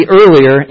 earlier